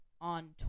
on